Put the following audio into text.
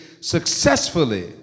successfully